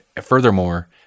furthermore